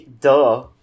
Duh